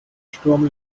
sturm